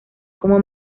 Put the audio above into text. como